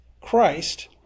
Christ